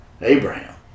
Abraham